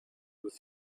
with